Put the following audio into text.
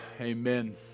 amen